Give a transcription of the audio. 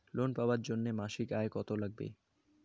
Loan পাবার জন্যে মাসিক আয় কতো লাগবে?